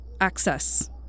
access